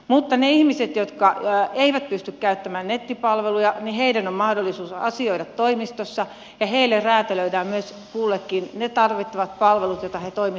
mutta niiden ihmisten jotka eivät pysty käyttämään nettipalveluja on mahdollisuus asioida toimistossa ja heille kullekin räätälöidään myös ne tarvittavat palvelut joita he toimistoissa saavat